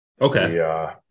Okay